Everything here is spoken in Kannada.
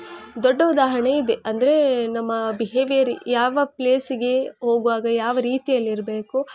ದೊಡ್ಡ ಉದಾಹರಣೆ ಇದೆ ಅಂದರೆ ನಮ್ಮ ಬಿಹೇವಿಯರ್ ಯಾವ ಪ್ಲೇಸಿಗೆ ಹೋಗುವಾಗ ಯಾವ ರೀತಿಯಲ್ಲಿರಬೇಕು